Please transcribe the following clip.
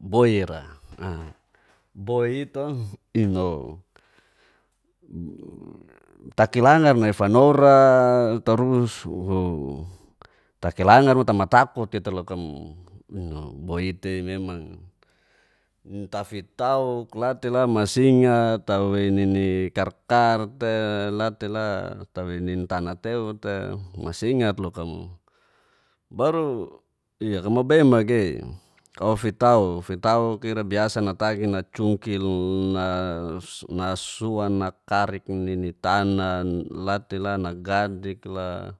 Boira, boi i'to ina'o takilngar nai fanora tarus talikangar mo tamatakut tita loka mo inau boi i'te memang tafitau latela masingat tewi nini karkar te latela, tawei nin tana teu te masingat loka mo baru ia kamau bei magei. Fitauk fitau ira biasa natagi nacungkil na suan karik nini tana latela nagadik la